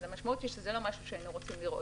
אז זה לא משהו שהיינו רוצים לראות.